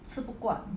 吃不惯